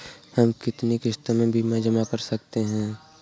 हम कितनी किश्तों में बीमा जमा कर सकते हैं?